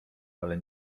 ale